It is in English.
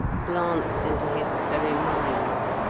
glance into his very mind.